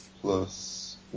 plus